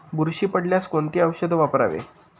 बुरशी पडल्यास कोणते औषध वापरावे?